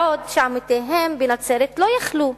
בעוד עמיתיהם בנצרת לא יכלו?